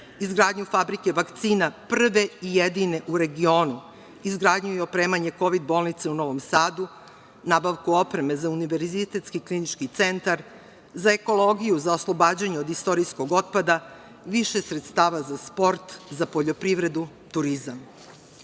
izgradnju fabrike vakcina prve i jedine u regionu, izgradnju i opremanje kovid bolnice u Novom Sadu, nabavku opreme za Univerzitetski klinički centar, za ekologiju, za oslobađanje od istorijskog otpada, više sredstava za sport, za poljoprivredu, turizam. Ono